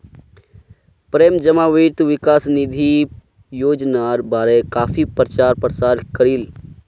प्रेम जमा वित्त विकास निधि योजनार बारे काफी प्रचार प्रसार करील